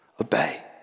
Obey